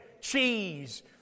cheese